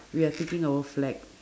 we are taking our flag